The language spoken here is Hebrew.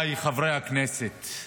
חבר הכנסת,